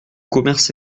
commerce